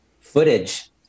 footage